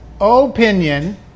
Opinion